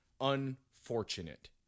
Unfortunate